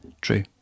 True